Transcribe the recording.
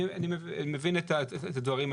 אני מבין את הדברים,